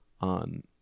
on